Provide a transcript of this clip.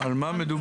על מה מדובר?